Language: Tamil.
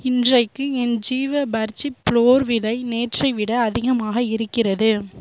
இன்றைக்கு என் ஜீவா பர்ஜி ஃப்ளோர் விலை நேற்றை விட அதிகமாக இருக்கிறது